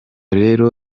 rero